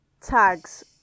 Tags